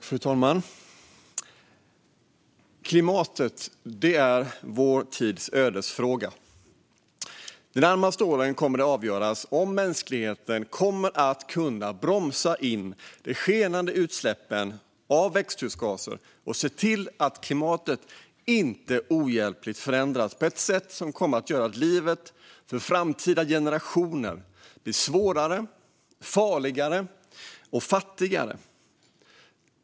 Fru talman! Klimatet är vår tids ödesfråga. De närmaste åren kommer det att avgöras om mänskligheten kommer att kunna bromsa in de skenande utsläppen av växthusgaser och se till att klimatet inte ohjälpligt förändras på ett sätt som kommer att göra livet för framtida generationer svårare, farligare och fattigare.